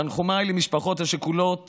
תנחומיי למשפחות השכולות